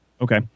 Okay